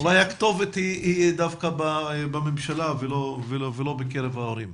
אולי הכתובת היא דווקא בממשלה ולא בקרב ההורים.